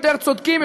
יותר צודקים,